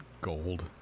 gold